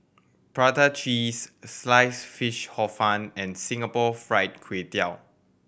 prata cheese Sliced Fish Hor Fun and Singapore Fried Kway Tiao